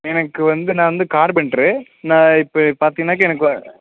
எனக்கு வந்து நான் வந்து கார்பெண்ட்ரு நான் இப்போ பார்த்திங்கனாக்க எனக்கு வ